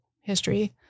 history